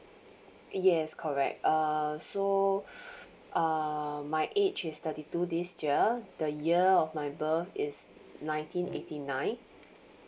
yes correct uh so uh my age is thirty two this year the year of my birth is nineteen eighty nine